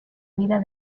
vida